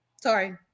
Sorry